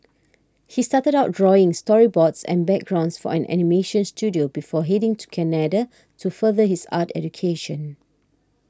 he started out drawing storyboards and backgrounds for an animation studio before heading to Canada to further his art education